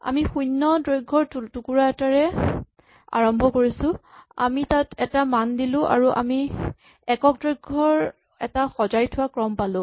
আমি শূণ্য দৈৰ্ঘ্যৰ টুকুৰা এটাৰে আৰম্ভ কৰিছো আমি তাত এটা মান দিলো আৰু আমি একক দৈৰ্ঘ্যৰ এটা সজাই থোৱা ক্ৰম পালো